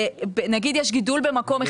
נגיד יש גידול במקום אחד,